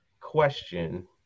question